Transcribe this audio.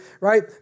right